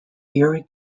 erie